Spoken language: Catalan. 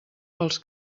pels